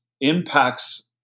impacts